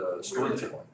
storytelling